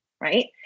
Right